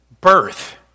birth